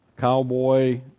cowboy